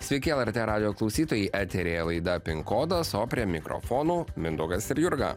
sveiki lrt radijo klausytojai eteryje laida pin kodas o prie mikrofonų mindaugas ir jurga